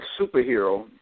superhero